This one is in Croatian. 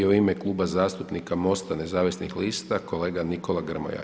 Prvi u ime Kluba zastupnika MOST-a nezavisnih lista, kolega Nikola Grmoja.